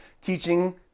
teaching